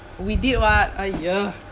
we did [what] !aiya!